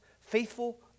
faithful